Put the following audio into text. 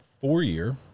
four-year